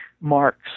marks